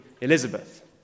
Elizabeth